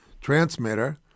transmitter